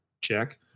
Check